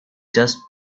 just